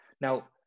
Now